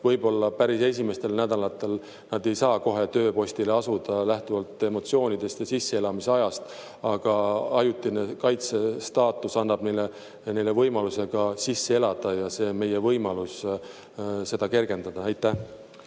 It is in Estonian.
võib-olla päris esimestel nädalatel nad ei saa kohe tööpostile asuda lähtuvalt emotsioonidest ja sisseelamise ajast. Aga ajutise kaitse staatus annab neile võimaluse ka sisse elada ja meil on võimalus seda kergendada. Aitäh!